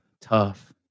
Tough